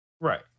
Right